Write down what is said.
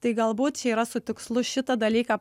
tai galbūt čia yra su tikslu šitą dalyką